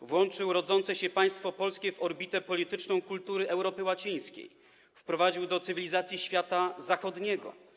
włączył rodzące się państwo polskie w orbitę polityczną kultury Europy łacińskiej, wprowadził do cywilizacji świata zachodniego.